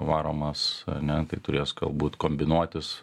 varomas ane tai turės galbūt kombinuotis